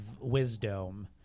Wisdom